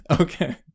Okay